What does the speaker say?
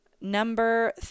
Number